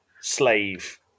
slave